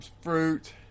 fruit